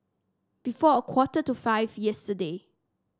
before a quarter to five yesterday